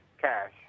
cash